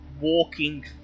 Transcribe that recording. walking